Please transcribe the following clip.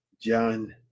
John